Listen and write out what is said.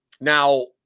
Now